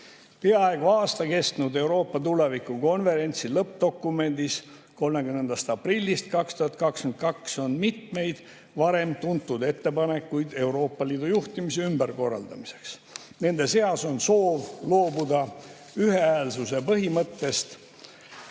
Peaaegu aasta kestnud Euroopa tuleviku konverentsi lõppdokumendis 30. aprillist 2022 on mitmeid varem tuntud ettepanekuid Euroopa Liidu juhtimise ümberkorraldamiseks. Nende seas on soov loobuda ühehäälsuse põhimõttest